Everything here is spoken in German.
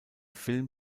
film